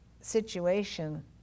situation